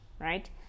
right